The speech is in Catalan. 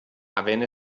havent